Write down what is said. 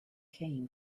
came